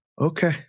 Okay